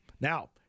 Now